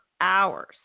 hours